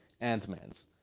Ant-Man's